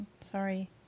sorry